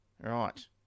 right